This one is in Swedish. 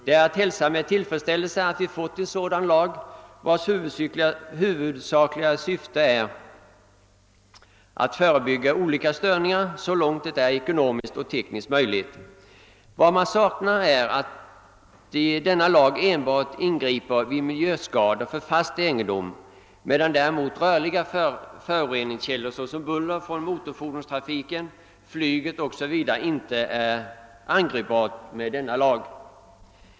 Det är att hälsa med tillfredsställelse att vi har fått denna lag, vars huvudsakliga syfte är att förebygga olika störningar så långt detta är ekonomiskt och tekniskt möjligt. Vad man kan beklaga är att denna lag ingriper enbart vid miljöskador från fast egendom, medan däremot rörliga föroreningskällor såsom buller från motorfordonstrafiken, flyget osv. inte är angripbara med denna lag.